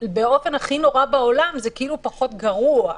ובאופן הכי נורא בעולם זה כאילו פחות גרוע,